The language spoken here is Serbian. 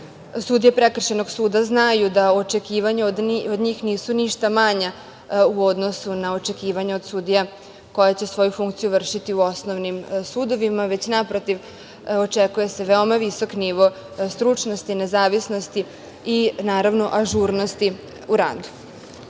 sudije Prekršajnog suda znaju da očekivanja od njih nisu ništa manja u odnosu na očekivanja od sudija koja će svoju funkciju vršiti u osnovnim sudovima već, naprotiv, očekuje se veoma visok nivo stručnosti, nezavisnosti i naravno ažurnosti u